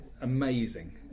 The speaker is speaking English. amazing